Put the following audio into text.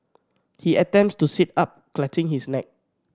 he attempts to sit up clutching his neck